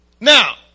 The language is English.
Now